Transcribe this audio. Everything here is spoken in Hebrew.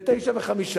ב-09:05,